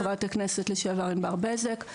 חברת הכנסת לשעבר ענבר בזק.